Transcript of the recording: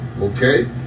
okay